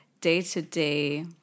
day-to-day